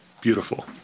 beautiful